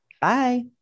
Bye